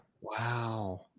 Wow